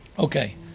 Okay